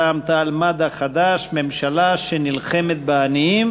רע"ם-תע"ל-מד"ע וחד"ש: ממשלה שנלחמת בעניים